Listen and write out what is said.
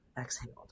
exhaled